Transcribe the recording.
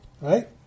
right